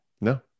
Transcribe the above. No